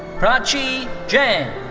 prachi jain.